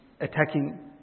attacking